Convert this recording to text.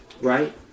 right